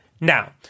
Now